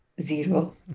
zero